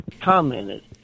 commented